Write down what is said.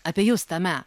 apie jus tame